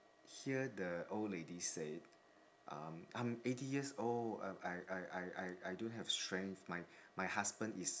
hear the old lady say um I'm eighty years old I I I I I don't have strength my my husband is